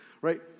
Right